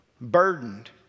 burdened